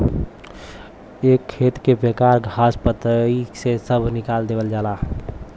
एके खेत के बेकार घास पतई से सभ निकाल देवल जाला